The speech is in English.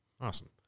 Awesome